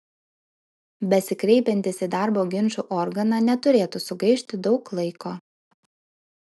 besikreipiantys į darbo ginčų organą neturėtų sugaišti daug laiko